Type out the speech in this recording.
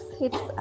hits